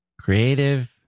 creative